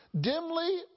dimly